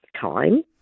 time